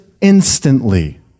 instantly